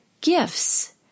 gifts